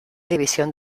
división